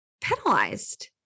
penalized